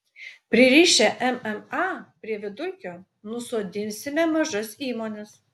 pririšę mma prie vidurkio nusodinsime mažas įmones